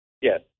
Yes